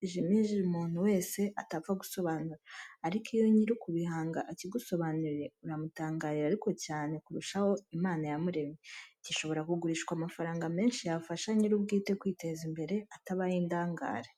bizimije umuntu wese atapfa gusobanura, ariko iyo nyir'ukugihanga akigusobanuriye uramutangarira ariko cyane kurushaho Imana yamuremye. Gishobora kugurishwa amafaranga menshi yafasha nyir'ubwite kwiteza imbere atabaye indangare.